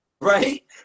Right